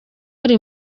ari